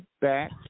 back